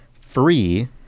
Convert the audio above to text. free